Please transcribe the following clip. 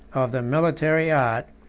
of the military art,